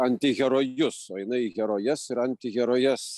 antiherojus o jinai į herojes ir antiherojes